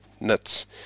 Nuts